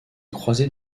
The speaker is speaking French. croisées